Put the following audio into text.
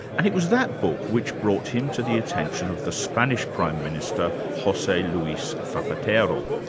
and it was that book which brought him to the attention of the spanish prime minister, jose luis zapatero.